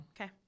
Okay